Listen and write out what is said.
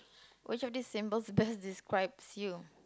which of these symbols best describes you